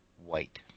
White